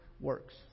works